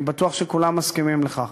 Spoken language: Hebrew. אני בטוח שכולנו מסכימים על כך,